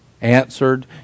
answered